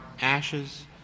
Ashes